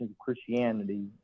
Christianity